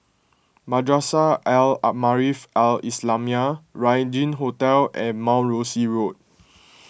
Madrasah Al Maarif Al Islamiah Regin Hotel and Mount Rosie Road